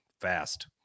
fast